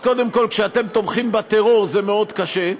אז קודם כול, כשאתם תומכים בטרור זה מאוד קשה,